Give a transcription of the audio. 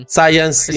science